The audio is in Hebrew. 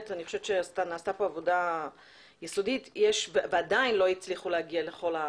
אני חושבת שבאמת נעשתה פה עבודה יסודית ועדיין לא הצליחו להגיע להכל,